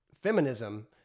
feminism